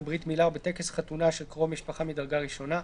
בברית מילה או בטקס חתונה של קרוב משפחה מדרגה ראשונה,